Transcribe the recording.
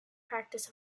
practice